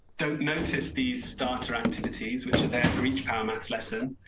don't notice these starter activities which are there for each power math lesson,